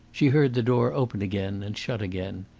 she heard the door open again and shut again.